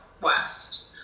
West